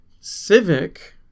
Civic